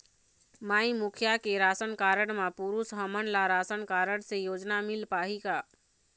माई मुखिया के ration card म पुरुष हमन ला राशन कारड से योजना मिल पाही का?